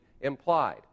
implied